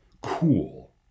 cool